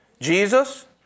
Jesus